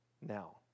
now